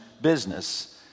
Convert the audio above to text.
business